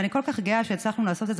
ואני כל כך גאה שהצלחנו לעשות את זה.